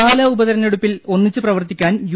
പാലാ ഉപതെരഞ്ഞെടുപ്പിൽ ഒന്നിച്ച് പ്രവർത്തിക്കാൻ യു